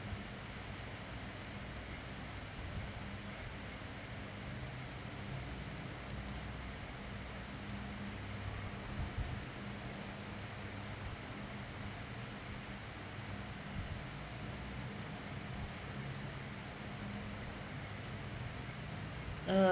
uh